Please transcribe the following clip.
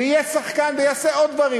ויהיה שחקן, ויעשה עוד דברים.